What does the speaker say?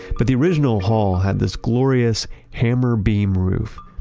but the original hall had this glorious hammer-beam roof.